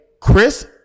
Chris